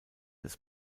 des